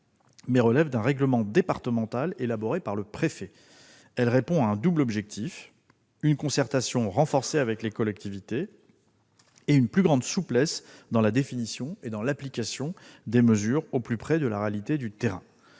mais relève d'un règlement départemental élaboré par le préfet. Cette réforme a un double objectif : une concertation renforcée avec les collectivités et une plus grande souplesse dans la définition et dans l'application des mesures au plus près de la réalité du terrain-